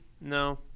no